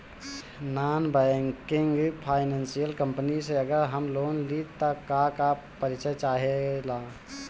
Non banking financial company से अगर हम लोन लि त का का परिचय चाहे ला?